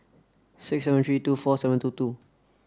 six seven three two four seven two two